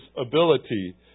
ability